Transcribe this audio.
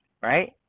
Right